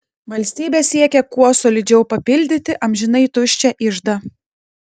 valstybė siekia kuo solidžiau papildyti amžinai tuščią iždą